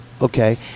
Okay